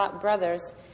brothers